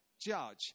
judge